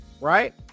Right